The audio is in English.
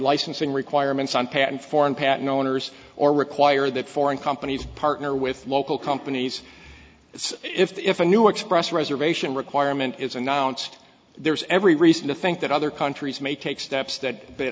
licensing requirements on patent foreign patent owners or require that foreign companies partner with local companies it's if a new express reservation requirement is announced there's every reason to think that other countries may take steps that